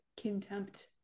contempt